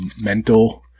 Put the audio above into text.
mental